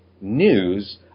news